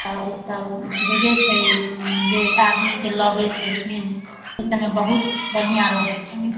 तऽ ओसभ भेजैत छै जे आदमीके लबैत छथिन बहुत बढ़िआँ रहैत छै